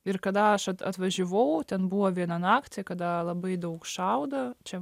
ir kada aš atvažiavau ten buvo vieną naktį kada labai daug šaudo čia